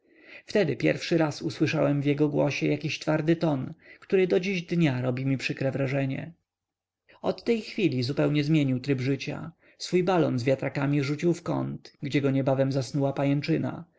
wtedy pierwszy raz usłyszałem w jego głosie jakiś twardy ton który do dziś dnia robi mi przykre wrażenie od tej pory zupełnie zmienił tryb życia swój balon z wiatrakiem rzucił w kąt gdzie go niebawem zasnuła pajęczyna